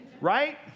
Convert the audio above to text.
right